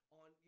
on